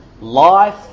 life